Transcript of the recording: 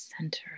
center